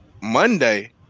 Monday